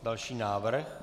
Další návrh.